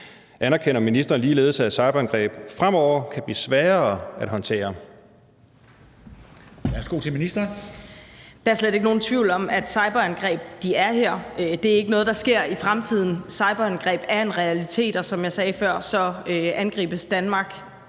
Værsgo til ministeren. Kl. 15:38 Forsvarsministeren (Trine Bramsen): Der er slet ikke nogen tvivl om, at cyberangreb er her. Det er ikke noget, der sker i fremtiden, cyberangreb er en realitet, og som jeg sagde før, angribes Danmark